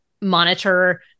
monitor